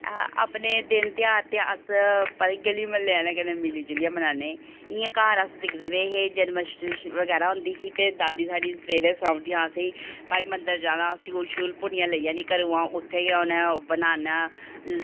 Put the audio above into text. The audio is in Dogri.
अपने दिन ध्याहार ते अस अपने गली म्हल्ले आह्लें कन्नै बनाने होन्ने जियां घर अस दिखदे रेह् हे जन्माष्टमी बगैरा होंदे ही ते दादी साढ़ी सनाई ओड़दियां हां असेंगी घाई मंदर जाना स्यूल श्यूल लेई जानी भुन्नियै उत्थें गै उनैं बनाना